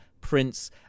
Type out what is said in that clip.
prince